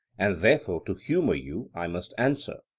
and therefore to humour you i must answer.